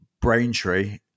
Braintree